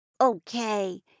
Okay